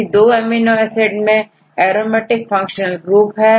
यदि 2 amino acid में aromatic functional group हो